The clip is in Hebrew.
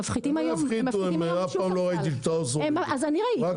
הם מפחיתים היום לשופרסל במחיר,